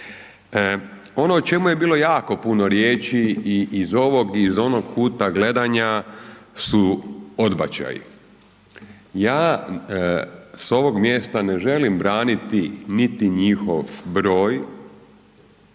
Ono o čemu je bilo jako puno riječi i iz ovog i iz onog kuta gledanja su odbačaji. Ja s ovog mjesta ne želim braniti niti njihov broj